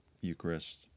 Eucharist